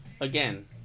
again